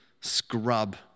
scrub